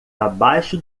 abaixo